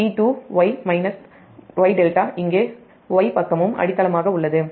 இது transformer T2Y ∆ இங்கே Y பக்கமும் அடித்தளமாக உள்ளது